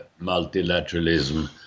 multilateralism